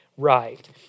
right